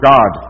God